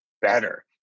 better